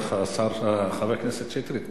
חבר הכנסת שטרית,